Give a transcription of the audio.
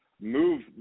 move